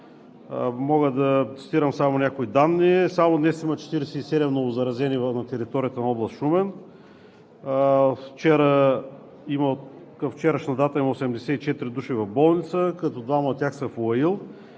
мога да цитирам някои данни. Само днес има 47 новозаразени на територията на област Шумен. Към вчерашна дата има 84 души в болница, като двама от тях са в